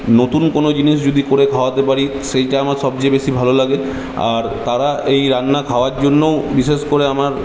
নতুন কোনো জিনিস যদি করে খাওয়াতে পারি সেইটা আমার সবচেয়ে বেশী ভালো লাগে আর তারা এই রান্না খাওয়ার জন্যও বিশেষ করে আমার